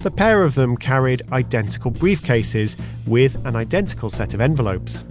the pair of them carried identical briefcases with an identical set of envelopes